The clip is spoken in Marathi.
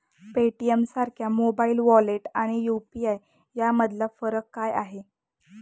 पेटीएमसारख्या मोबाइल वॉलेट आणि यु.पी.आय यामधला फरक काय आहे?